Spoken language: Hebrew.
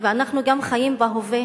וגם אנחנו חיים בהווה,